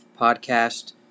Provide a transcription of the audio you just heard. podcast